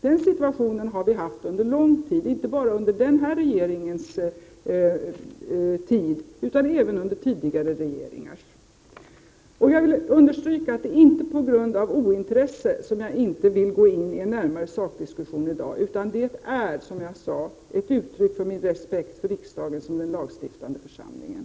Men det förhållandet har vi haft under längre tid, inte bara under den här regeringen utan även under tidigare regeringar. Jag vill poängtera att det inte är på grund av ointresse som jag inte vill gå in i en närmare diskussion i dag, utan det är ett uttryck för min respekt för riksdagen som den lagstiftande församlingen.